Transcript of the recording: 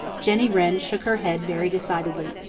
jenny wren shook her head very decidedly.